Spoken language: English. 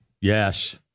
Yes